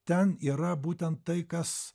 ten yra būtent tai kas